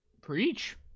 Preach